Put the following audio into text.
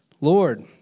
Lord